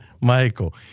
Michael